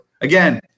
again